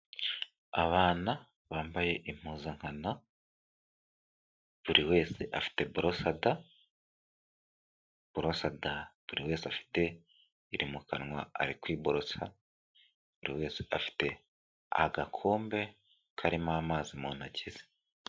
Abana bambaye impuzankano, buri wese afite burosada, burosada buri wese afite iri mu kanwa ari kwiborosa, buri wese afite agakombe karimo amazi mu ntoki ze.